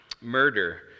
murder